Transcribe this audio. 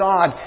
God